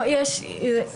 הוא בוגר ישיבת אור עציון.